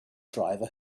driver